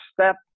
step